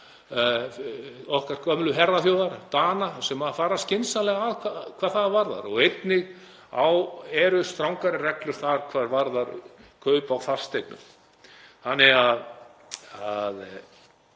okkar gömlu herraþjóðar, Dana, sem fara skynsamlega hvað það varðar og einnig eru strangari reglur þar um kaup á fasteignum.